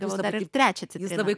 gavau dar ir trečią citriną